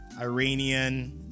Iranian